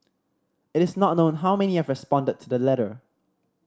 it is not known how many have responded to the letter